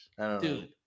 Dude